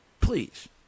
Please